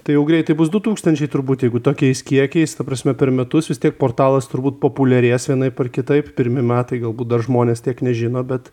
tai jau greitai bus du tūkstančiai turbūt jeigu tokiais kiekiais ta prasme per metus vis tiek portalas turbūt populiarės vienaip ar kitaip pirmi metai galbūt dar žmonės tiek nežino bet